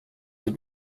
have